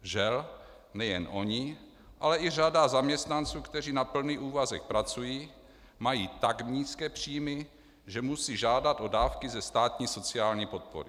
Žel, nejen oni, ale i řada zaměstnanců, kteří na plný úvazek pracují, mají tak nízké příjmy, že musí žádat o dávky ze státní sociální podpory.